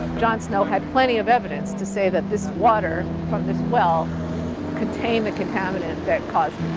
john snow had plenty of evidence to say that this water from this well contained the contaminant that caused